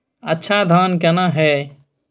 अच्छा धान केना हैय?